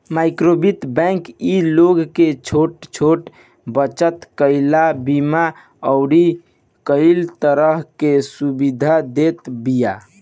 माइक्रोवित्त बैंक इ लोग के छोट छोट बचत कईला, बीमा अउरी कई तरह के सुविधा देत बिया